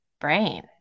brain